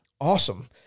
Awesome